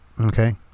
Okay